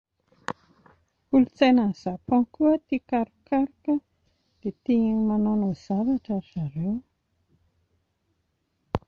Ny kolotsaina any Japon koa tia karokaroka dia tia manaonao zavatra ry zareo